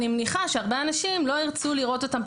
אני מניחה שהרבה אנשים לא ירצו לראות אותו כאן.